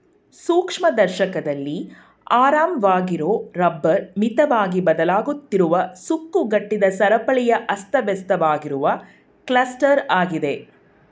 ಸೂಕ್ಷ್ಮದರ್ಶಕದಲ್ಲಿ ಆರಾಮವಾಗಿರೊ ರಬ್ಬರ್ ಮಿತವಾಗಿ ಬದಲಾಗುತ್ತಿರುವ ಸುಕ್ಕುಗಟ್ಟಿದ ಸರಪಳಿಯ ಅಸ್ತವ್ಯಸ್ತವಾಗಿರುವ ಕ್ಲಸ್ಟರಾಗಿದೆ